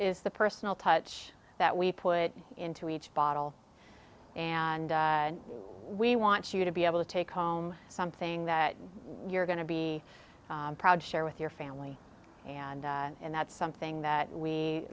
is the personal touch that we put into each bottle and we want you to be able to take home something that you're going to be proud to share with your family and that's something that we